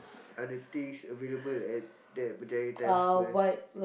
are the things available at that Berjaya-Times-Square